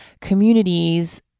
communities